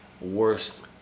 worst